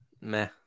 Meh